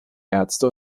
ärzte